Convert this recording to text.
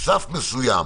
סף מסוים.